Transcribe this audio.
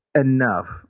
enough